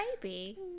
baby